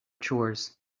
chores